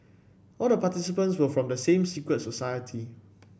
all the participants were from the same secret society